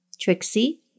Trixie